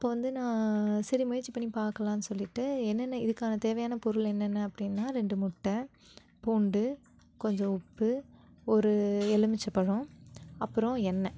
அப்போ வந்து நான் சரி முயற்சி பண்ணி பாக்கலாம் சொல்லிவிட்டு என்னென்ன இதுக்கான தேவையான பொருள் என்னென்ன அப்படினா ரெண்டு முட்டை பூண்டு கொஞ்சம் உப்பு ஒரு எலுமிச்சை பழம் அப்புறோம் எண்ணெய்